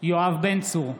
יואב בן צור,